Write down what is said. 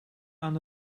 aan